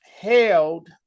held